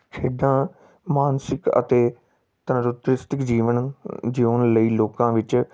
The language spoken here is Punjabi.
ਖੇਡਾਂ ਮਾਨਸਿਕ ਅਤੇ ਤੰਦਰੁਸਤ ਸਿਸਟਿਕ ਜੀਵਨ ਜਿਊਣ ਲਈ ਲੋਕਾਂ ਵਿੱਚ